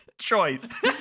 choice